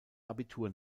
abitur